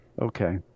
Okay